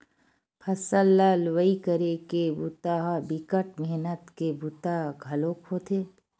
फसल ल लुवई करे के बूता ह बिकट मेहनत के बूता घलोक होथे